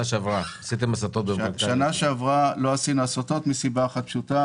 בשנה שעברה לא עשינו הסטות בשל סיבה אחת פשוטה,